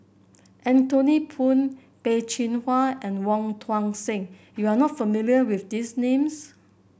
Anthony Poon Peh Chin Hua and Wong Tuang Seng you are not familiar with these names